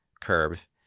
curve